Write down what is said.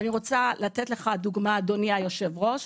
ואני רוצה לתת לך דוגמה, אדוני היושב-ראש,